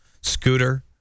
scooter